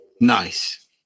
nice